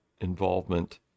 involvement